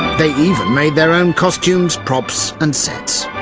they even made their own costumes, props and sets.